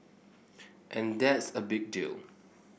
and that's a big deal